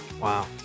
Wow